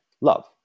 love